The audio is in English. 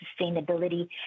sustainability